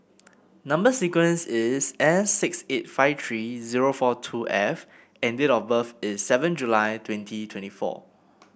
number sequence is S six eight five three zero four two F and date of birth is seven July twenty twenty four